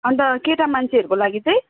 अनि त केटा मान्छेहरूको लागि चाहिँ